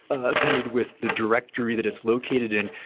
ah appended with the directory that it's located in,